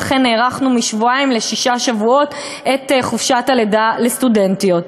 ואכן הארכנו משבועיים לשישה שבועות את חופשת הלידה לסטודנטיות.